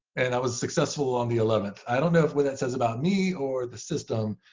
and i was successful on the eleventh. i don't know if what that says about me or the system.